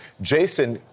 Jason